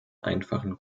einfachen